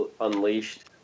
unleashed